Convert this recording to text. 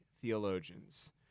theologians